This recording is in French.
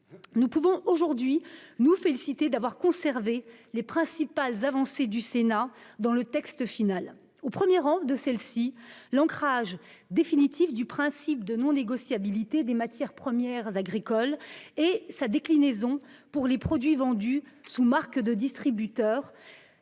Nous pouvons aujourd'hui nous féliciter d'avoir conservé les principales avancées du Sénat dans la rédaction finale. Je pense tout d'abord à l'ancrage définitif du principe de non-négociabilité des matières premières agricoles et de sa déclinaison pour les produits vendus sous marque de distributeurs.